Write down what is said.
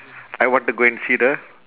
I want to go and see the